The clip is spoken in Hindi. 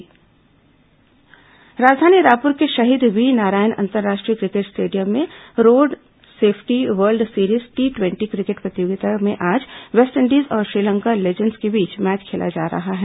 रोड सेफ्टी क्रिकेट टूर्नामेंट राजधानी रायपुर के शहीद वीरनारायण अंतर्राष्ट्रीय क्रिकेट स्टेडियम में road safety world series T ट्वेटी cricket प्रतियोगिता में आज वेस्टइंडीज और श्रीलंका लीजेंड्स के बीच मैच खेला जा रहा है